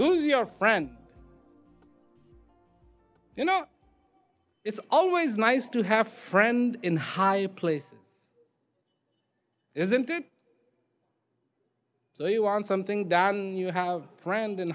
who's your friend you know it's always nice to have friends in high places isn't it so you are in something that you have a friend in